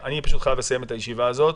אני פשוט חייב לסיים את הישיבה הזאת.